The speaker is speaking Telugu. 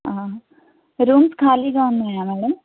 రూమ్స్ ఖాళీగా ఉన్నాయా మేడం